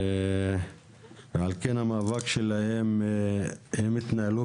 הם התנהלו